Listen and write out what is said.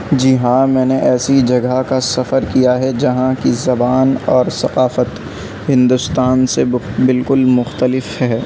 جی ہاں میں نے ایسی جگہ کا سفر کیا ہے جہاں کی زبان اور ثقافت ہندوستان سے بالکل مختلف ہے